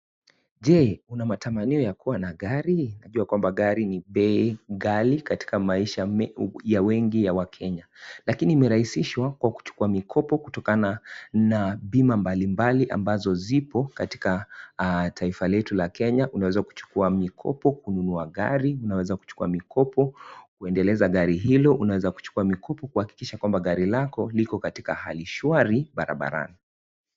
Je, unamatamaio ya kuwa na gari? Unajua kwamba gari ni bei ghali katika maisha ya wengi wa wakenya. Lakini imerahisishwa kwa kuchukua mikopo kutokana na bima mbalimbali ambazo zipo katika taifa letu la Kenya. Unaweza kuchukua mikopo kununua gari, Unaweza kuchukua mikopo kundeleza gari hilo, Unaweza kuchukua mikopo kuhakikisha kwamba gari lako liko katika hali shwari barabarani.